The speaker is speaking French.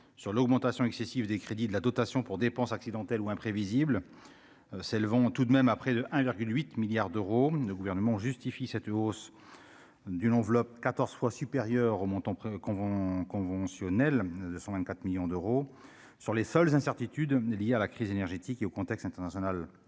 sur l'augmentation excessive des crédits de la dotation pour dépenses accidentelles ou imprévisible, c'est le vont tout de même à près de 1,8 milliards d'euros ne gouvernement justifie cette hausse. D'une enveloppe 14 fois supérieure au montant qu'on de 124 millions d'euros sur les seules incertitudes liées à la crise énergétique et au contexte international